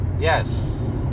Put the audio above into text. Yes